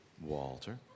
Walter